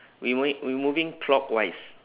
we moving we moving clockwise